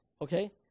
okay